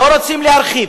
לא רוצים להרחיב,